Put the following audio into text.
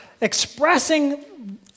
expressing